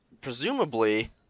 presumably